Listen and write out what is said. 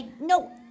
no